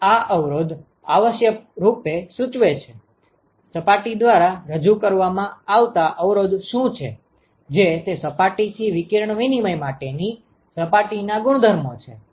તેથી આ અવરોધ આવશ્યકરૂપે સૂચવે છે સપાટી દ્વારા રજુ કરવામાં આવતા અવરોધ શું છે જે તે સપાટીથી વિકિરણ વિનિમય માટેની સપાટીના ગુણધર્મો છે